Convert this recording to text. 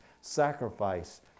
sacrifice